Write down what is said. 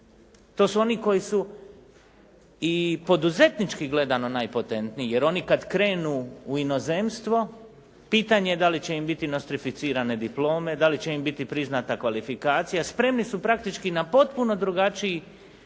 To su oni koji su i poduzetnički gledano najpotentniji jer oni kad krenu u inozemstvo pitanje je da li će im biti nostrificirane diplome, da li će im biti priznata kvalifikacija, spremni su praktički na potpuno drugačiju